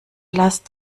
last